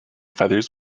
feathers